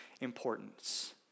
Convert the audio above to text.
importance